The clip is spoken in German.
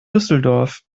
düsseldorf